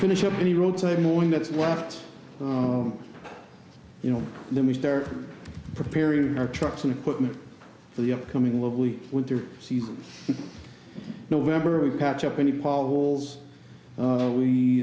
finish up any roadside knowing that's what you know then we start preparing our trucks and equipment for the upcoming lovely winter season november catch up any